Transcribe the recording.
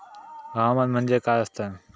हवामान म्हणजे काय असता?